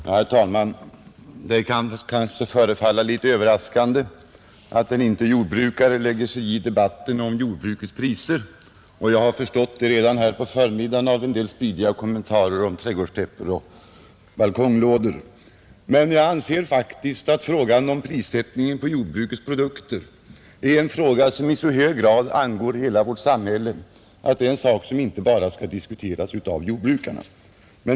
Herr talman! Det kan måhända förefalla litet överraskande att en icke-jordbrukare blandar sig i debatten om priserna på jordbrukets produkter — jag har förstått det här på förmiddagen av en del spydiga kommentarer om trädgårdstäppor och balkonglådor. Men frågan om prissättningen på jordbrukets produkter angår faktiskt i så hög grad hela vårt samhälle att den inte bara skall diskuteras av jordbrukarna.